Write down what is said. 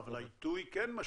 לא, אבל העיתוי כן משמעותי.